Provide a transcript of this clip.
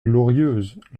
glorieuse